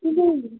কিন্তু